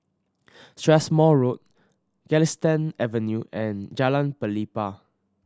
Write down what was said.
Strathmore Road Galistan Avenue and Jalan Pelepah